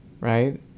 right